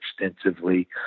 extensively